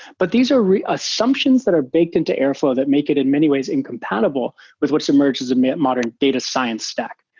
but these are assumptions that are baked into airflow that make it in many ways incompatible with what's emerged as um a modern data science stack.